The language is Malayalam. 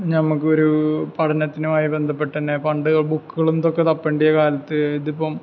നമ്മൾക്കൊരു പഠനത്തിനായി ബന്ധപ്പെട്ട് തന്നെ പണ്ട് ബുക്കുകളും ഇതൊക്കെ തപ്പേണ്ടിയ കാലത്ത് ഇതിപ്പം